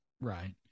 Right